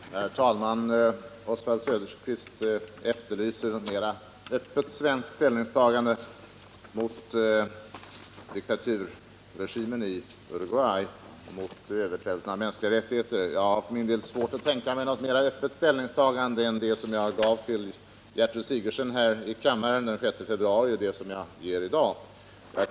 Herr talman! Oswald Söderqvist efterlyser ett mera öppet svenskt ställningstagande mot diktaturregimen i Uruguay och dess överträdelser av de mänskliga rättigheterna. Jag har för min del svårt att tänka mig ett mera öppet ställningstagande än det jag redovisade för Gertrud Sigurdsen här i kammareni februari och det som kommit till uttryck i mitt svar i dag.